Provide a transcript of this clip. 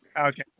Okay